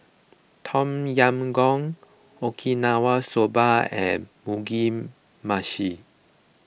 Tom Yam Goong Okinawa Soba and Mugi Meshi